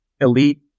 elite